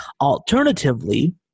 Alternatively